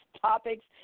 topics